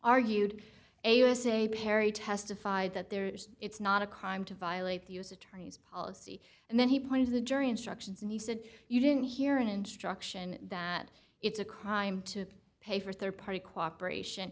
argued a usa perry testified that there's it's not a crime to violate the u s attorney's policy and then he pointed to the jury instructions and he said you didn't hear an instruction that it's a crime to pay for rd party cooperation